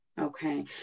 Okay